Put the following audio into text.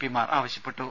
പിമാർ ആവശ്യപ്പെട്ടു